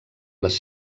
les